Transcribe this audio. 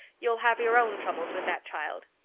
you'll have your own troubles with that child.